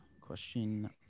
question